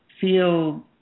feel